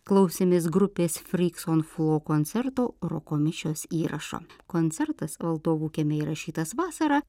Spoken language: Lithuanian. klausėmės grupės fryks on fo koncerto roko mišios įrašo koncertas valdovų kieme įrašytas vasarą